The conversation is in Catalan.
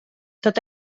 tot